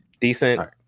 Decent